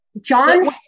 John